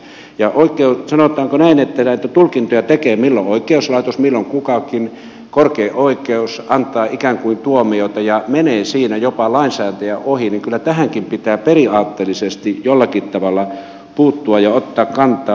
ja sanotaanko näin että kun näitä tulkintoja tekee milloin oikeuslaitos milloin kukakin korkein oikeus antaa ikään kuin tuomioita ja menee siinä jopa lainsäätäjän ohi niin kyllä tähänkin pitää periaatteellisesti jollakin tavalla puuttua ja ottaa kantaa